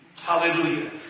Hallelujah